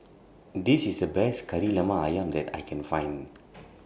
This IS The Best Kari Lemak Ayam that I Can Find